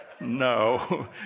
No